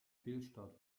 fehlstart